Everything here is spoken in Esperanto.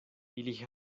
ili